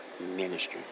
ministry